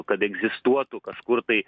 kad egzistuotų kažkur tai